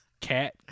Cat